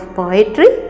poetry